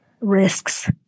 risks